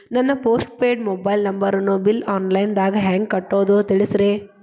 ನನ್ನ postpaid mobile ನಂಬರನ್ನು bill online ದಾಗ ಹೆಂಗ್ ಕಟ್ಟೋದು ತಿಳಿಸ್ರಿ